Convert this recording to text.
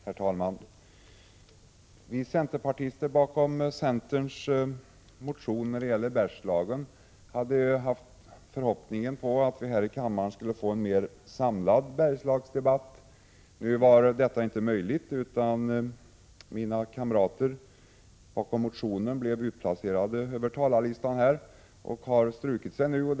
Herr talman! Vi som står bakom centerns motion när det gäller Bergslagen hade förhoppningen om att vi här i kammaren skulle få en mer samlad Bergslagsdebatt. Detta var inte möjligt, utan mina kamrater bakom motionen blev utplacerade över talarlistan och har nu strukit sig från den.